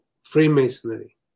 Freemasonry